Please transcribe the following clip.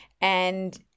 And-